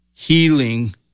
Healing